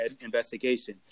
investigation